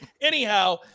anyhow